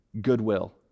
Goodwill